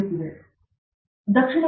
ಆದ್ದರಿಂದ ಯಾವ ರೀತಿಯ ಕೆಲಸಗಳು